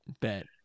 Bet